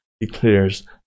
declares